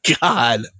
God